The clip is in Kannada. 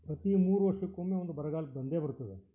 ಪ್ರತಿ ಮೂರು ವರ್ಷಕ್ಕೊಮ್ಮೆ ಒಂದು ಬರಗಾಲ ಬಂದೇ ಬರ್ತದೆ